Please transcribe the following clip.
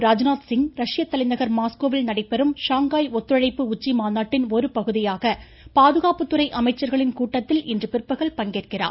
ராஜ்நாத் சிங் ரஷ்ய தலைநகர் மாஸ்கோவில் நடைபெறும் ஷாங்காய் ஒத்துழைப்பு உச்சி மாநாட்டின் ஒரு பகுதியாக பாதுகாப்புத்துறை அமைச்சர்களின் கூட்டத்தில் இன்று பிற்பகல் பங்கேற்கிறார்